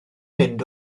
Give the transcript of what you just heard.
mynd